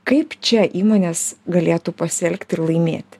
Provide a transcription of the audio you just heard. kaip čia įmonės galėtų pasielgti ir laimėti